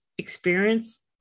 experience